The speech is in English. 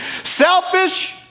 Selfish